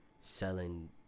selling